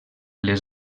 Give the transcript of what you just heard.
les